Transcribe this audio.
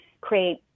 create